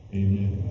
amen